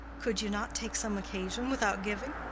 could you not take some occasion without giving?